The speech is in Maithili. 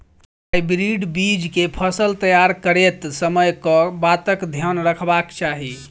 हाइब्रिड बीज केँ फसल तैयार करैत समय कऽ बातक ध्यान रखबाक चाहि?